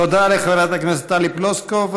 תודה לחברת הכנסת טלי פלוסקוב.